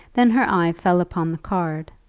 then her eye fell upon the card,